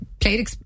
played